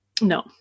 No